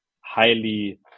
highly